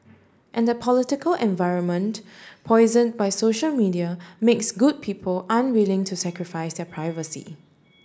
and the political environment poison by social media makes good people unwilling to sacrifice their privacy